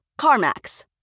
CarMax